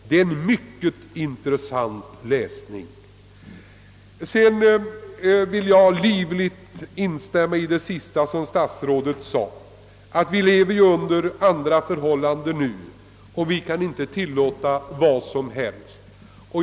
Det är en mycket intressant läsning. Jag vill livligt instämma i det sista statsrådet sade. Vi lever i dag under andra förhållanden än förr och kan därför inte tillåta sådant som tidigare gick för sig.